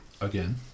again